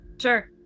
Sure